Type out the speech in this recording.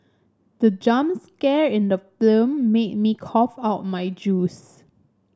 the jump scare in the film made me cough out my juice